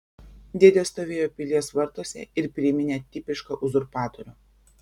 dėdė stovėjo pilies vartuose ir priminė tipišką uzurpatorių